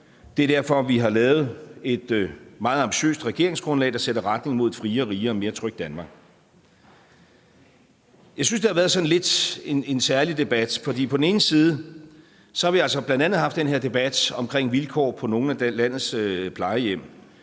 Det er derfor, vi har lavet et meget ambitiøst regeringsgrundlag, der sætter retning mod et friere, rigere og mere trygt Danmark. Jeg synes, at det sådan lidt har været en særlig debat, fordi på den ene side har vi altså bl.a. haft den her debat om vilkår på nogle af landets plejehjem,